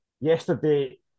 Yesterday